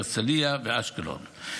הרצליה ואשקלון.